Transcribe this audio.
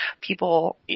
people